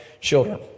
children